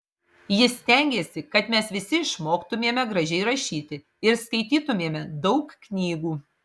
ji stengėsi kad mes visi išmoktumėme gražiai rašyti ir skaitytumėme daug knygų